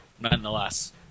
nonetheless